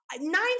nine